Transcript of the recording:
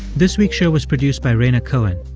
this week's show was produced by rhaina cohen.